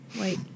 Wait